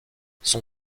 son